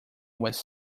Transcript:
was